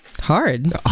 Hard